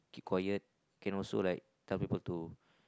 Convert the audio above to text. keep quite can also like tell people to